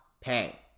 pay